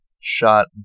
shot